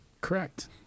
Correct